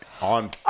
on